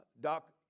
doc